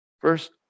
first